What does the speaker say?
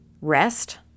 Rest